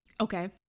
Okay